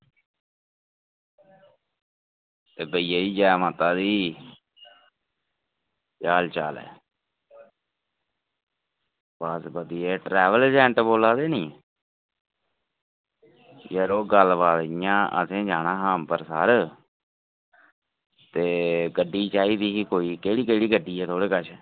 एह् भैया जी जै माता दी केह् हाल चाल ऐ बस बधिया ट्रैवल अजैंट बोला दे नी यरो गल्लबात इ'यां असें जाना हा अंबरसर ते गड्डी चाहिदी ही कोई केह्ड़ी केह्ड़ी गड्डी ऐ थुआढ़े कश